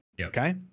Okay